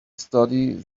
studied